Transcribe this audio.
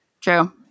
True